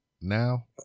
now